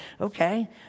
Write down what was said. okay